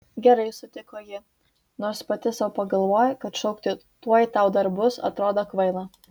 gerai sutiko ji nors pati sau pagalvojo kad šaukti tuoj tau dar bus atrodo kvaila